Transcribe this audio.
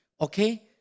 okay